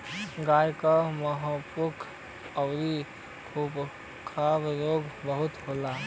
गाय के मुंहपका आउर खुरपका रोग बहुते होला